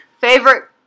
Favorite